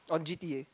on G T A